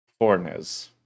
Fornes